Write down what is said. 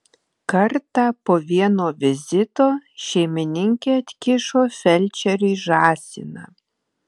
kartą po vieno vizito šeimininkė atkišo felčeriui žąsiną